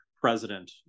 president